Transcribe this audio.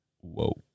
whoa